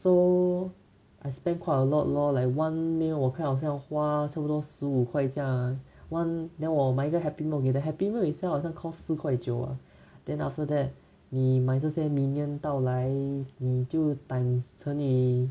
so I spend quite a lot lor like one meal 我看好像花差不多十五块这样 [one] then 我买一个 happy meal the happy meal itself 好像 cost 四块九啊 then after that 你买这些 minion 到来你就 times 乘于